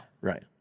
Right